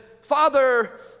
Father